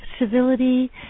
civility